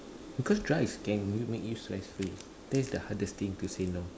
because drug is gang and it make you stress free that is the hardest thing to say no